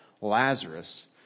Lazarus